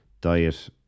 diet